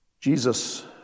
Jesus